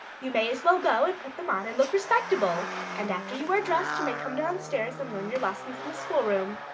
you may as well go and put them on and look respectable and after you are dressed, you may come downstairs and learn your lessons in the school-room.